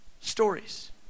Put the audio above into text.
stories